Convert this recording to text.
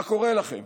מה קורה לכם?